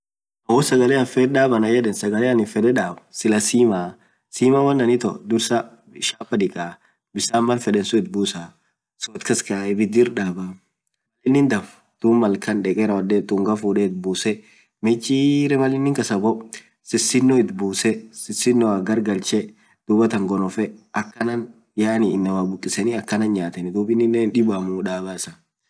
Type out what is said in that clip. sagalee aniin fedde daab silah simaa, shapa dikaa, bisaan it busaa soad kaskae ibidir dabaa, malin daanfen ungaa it busee michiree dub sisino itbusee malin kasaa boo inamaa bukisaa, akanan nyatenii aminen hindibuu dabaa.